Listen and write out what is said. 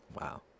Wow